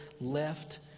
left